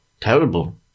terrible